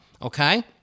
Okay